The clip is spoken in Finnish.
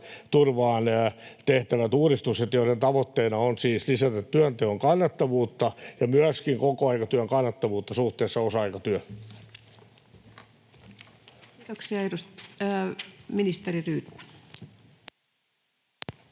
oikeaan aikaan. Niiden tavoitteena on siis lisätä työnteon kannattavuutta ja myöskin kokoaikatyön kannattavuutta suhteessa osa-aikatyöhön. Kiitoksia. — Ministeri Rydman.